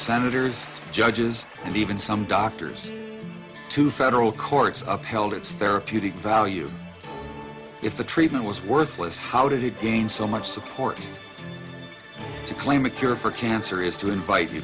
senators judges and even some doctors to federal courts upheld its therapeutic value if the treatment was worthless how did he gain so much support to claim a cure for cancer is to invite